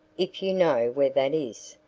if you know where that is.